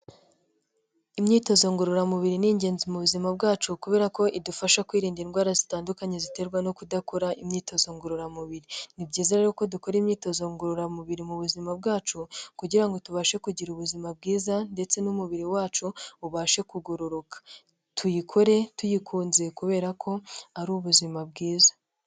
Imyitozo ngororamubiri ni ingenzi mu buzima bwacu kubera ko idufasha kwirinda indwara zitandukanye ziterwa no kudakora imyitozo ngororamubiri. Ni byiza rero ko dukora imyitozo ngororamubiri mu buzima bwacu kugira ngo tubashe kugira ubuzima bwiza ndetse n'umubiri wacu ubashe kugororoka. Tuyikore tuyikunze kubera ko ari ubuzima bwiza.